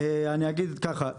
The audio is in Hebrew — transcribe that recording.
אני אגיד ככה,